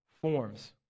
forms